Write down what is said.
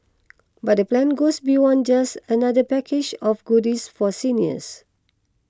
but the plan goes beyond just another package of goodies for seniors